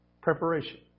Preparation